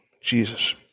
Jesus